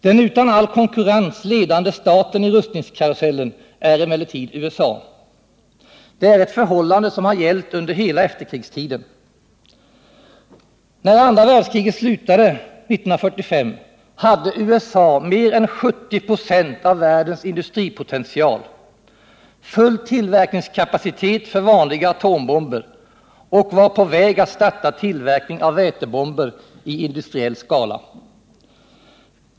Den utan all konkurrens ledande staten i rustningskarusellen är emellertid USA. Det är ett förhållande som har gällt under hela efterkrigstiden. När andra världskriget slutade 1945, hade USA mer än 70 96 av världens industripotential samt full tillverkningskapacitet för vanliga atombomber och var på väg att starta tillverkning av vätebomber i industriell skala.